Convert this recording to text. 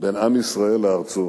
בין עם ישראל לארצו.